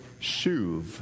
shuv